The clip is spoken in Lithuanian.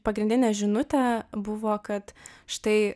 pagrindinė žinutę buvo kad štai